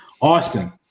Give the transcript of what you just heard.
Austin